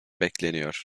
bekleniyor